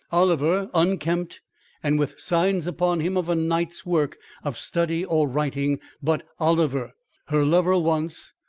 oliver unkempt and with signs upon him of a night's work of study or writing but oliver her lover once,